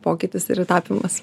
pokytis ir tapymas